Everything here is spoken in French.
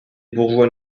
bourgeois